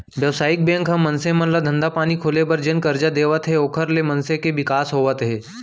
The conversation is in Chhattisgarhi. बेवसायिक बेंक ह मनसे मन ल धंधा पानी खोले बर जेन करजा देवत हे ओखर ले मनसे के बिकास होवत हे